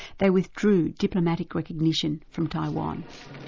they withdrew diplomatic recognition from taiwan.